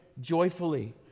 joyfully